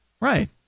Right